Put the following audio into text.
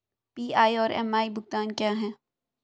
PI और MI भुगतान क्या हैं?